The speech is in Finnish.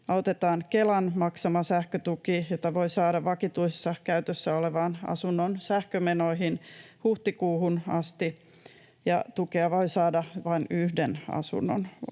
aloitetaan Kelan maksama sähkötuki, jota voi saada vakituisessa käytössä olevan asunnon sähkömenoihin huhtikuuhun asti, ja tukea voi saada vain yhden asunnon osalta.